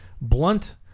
blunt